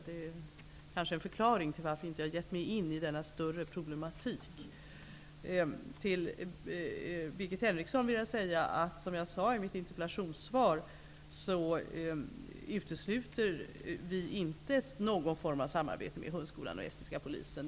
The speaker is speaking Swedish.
Det är förklaringen till att jag inte har gett mig in i en större problematik. Till Birgit Henrikssson vill jag säga, som jag sade i mitt interpellationssvar, att vi utesluter inte någon form av samarbete mellan hundskolan och estniska polisen.